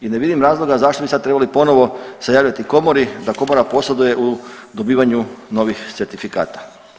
I ne vidim razloga zašto bi sad trebali ponovo se javljati Komori, da Komora posreduje u dobivanju novih certifikata.